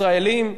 ישראלים.